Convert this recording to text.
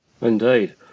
Indeed